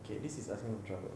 okay this is asking for trouble